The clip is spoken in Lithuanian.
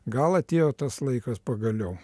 gal atėjo tas laikas pagaliau